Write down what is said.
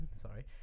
sorry